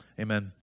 amen